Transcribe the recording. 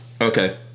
okay